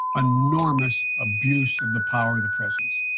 enormous abuse of the power of the presidency.